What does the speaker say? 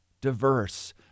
diverse